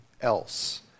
else